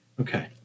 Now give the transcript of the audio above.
Okay